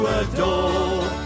adore